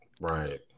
Right